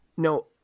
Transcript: No